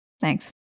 Thanks